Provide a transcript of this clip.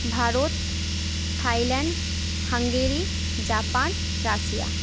Bharat Thailand Hungary Japan Russia